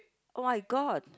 oh-my-god